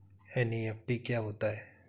NEFT क्या होता है?